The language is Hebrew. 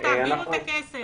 אז תעבירו את הכסף.